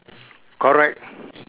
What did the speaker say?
correct